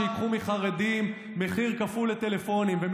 שייקחו מחרדים מחיר כפול על טלפונים והם